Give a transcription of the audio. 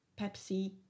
Pepsi